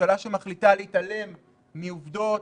ממשלה שמחליטה להתעלם מעובדות,